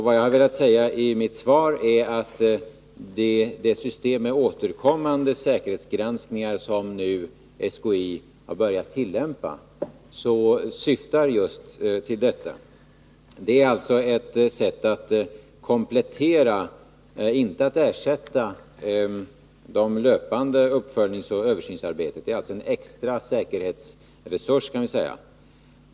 Vad jag har velat säga i mitt svar är att det system med återkommande säkerhetsgranskningar som kärnkraftinspektionen nu börjat tillämpa just syftar till detta. Det är ett sätt att komplettera — inte ersätta — det löpande uppföljningsoch översynsarbetet. Det är alltså en extra säkerhetsresurs, skulle man kunna säga.